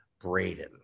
Braden